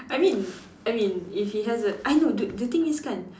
I mean I mean if he has a I know the the thing is kan